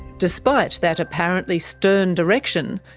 despite that apparently stern direction,